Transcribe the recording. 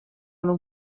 non